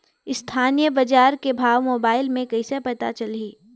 स्थानीय बजार के भाव मोबाइल मे कइसे पता चलही?